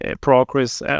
progress